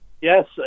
Yes